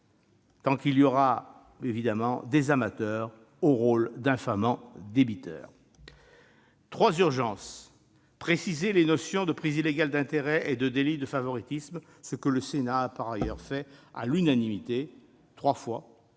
Tant qu'il y aura évidemment des amateurs au rôle « d'infamant débiteur ». Trois urgences : préciser les notions de « prise illégale d'intérêts » et de « délit de favoritisme », ce que le Sénat a déjà fait à l'unanimité à trois